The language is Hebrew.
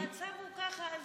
אם המצב הוא ככה,